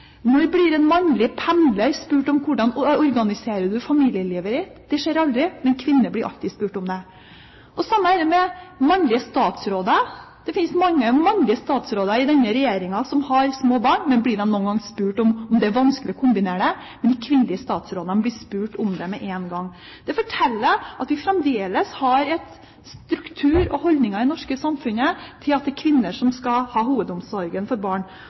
Når blir en mannlig pendler spurt om hvordan han organiserer familielivet sitt? Det skjer aldri. Men en kvinne blir alltid spurt om det. Det samme er det med mannlige statsråder. Det finnes mange mannlige statsråder i denne regjeringen som har små barn, men blir de noen gang spurt om det er vanskelig å kombinere jobb og barn? De kvinnelige statsrådene blir spurt om det med en gang. Det forteller at vi fremdeles har en struktur og holdninger i det norske samfunnet som tilsier at det er kvinner som skal ha hovedomsorgen for barn.